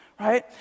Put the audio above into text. Right